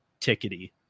tickety